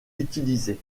utilisé